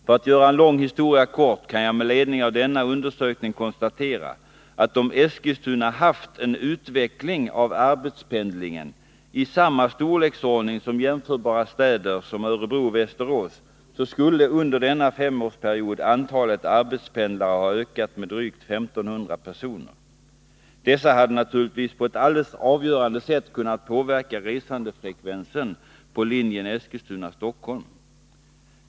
För att göra en lång historia kort kan jag med ledning av denna undersökning konstatera, att om Eskilstuna haft en utveckling av arbetspendlingen i samma storleksordning som jämförbara städer såsom Örebro och Västerås, skulle under denna femårsperiod antalet arbetspendlare ha ökat med drygt 1500 personer. Dessa hade naturligtvis på ett alldeles avgörande sätt kunnat påverka resandefrekvensen på linjen Eskilstuna-Stockholm.